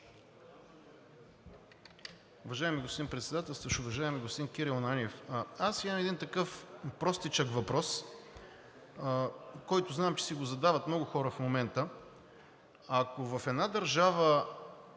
господин Председателстващ, уважаеми господин Кирил Ананиев! Аз имам един такъв простичък въпрос, за който знам, че си го задават много хора в момента. Ако в една държава